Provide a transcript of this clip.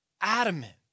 adamant